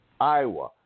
Iowa